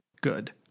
good